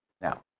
Now